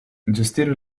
gestire